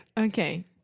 okay